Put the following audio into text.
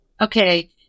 Okay